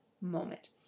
moment